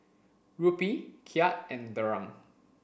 Rupee Kyat and Dirham